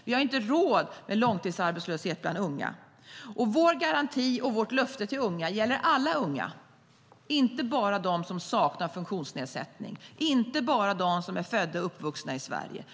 Vi har inte råd med långtidsarbetslöshet bland unga. Vår garanti och vårt löfte till unga gäller alla unga, inte bara dem som saknar funktionsnedsättning och är födda och uppvuxna i Sverige.